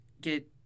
get